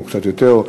או קצת יותר,